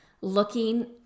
looking